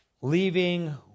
Leaving